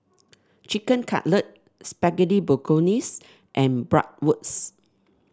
Chicken Cutlet Spaghetti Bolognese and Bratwurst